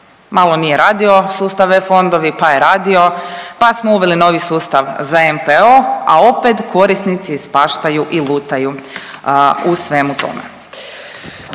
Malo nije radio sustav e-Fondovi, pa je radio, pa smo uveli novi sustav za NPOO, a opet korisnici ispaštaju i lutaju u svemu tome.